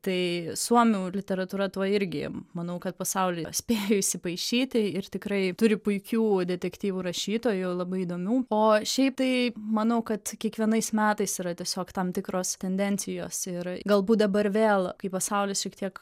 tai suomių literatūra tuo irgi manau kad pasaulyje spėjo įsipaišyti ir tikrai turi puikių detektyvų rašytojų labai įdomių o šiaip tai manau kad kiekvienais metais yra tiesiog tam tikros tendencijos ir galbūt dabar vėl kai pasaulis šiek tiek